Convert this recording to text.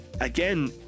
again